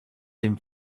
dem